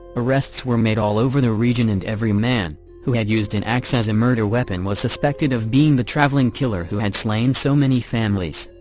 arrests were made all over the region and every man who had used an ax as a murder weapon was suspected of being the traveling killer who had slain so many families.